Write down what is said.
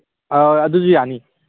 ꯑꯧ ꯑꯗꯨꯁꯨ ꯌꯥꯅꯤ